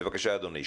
בבקשה אדוני.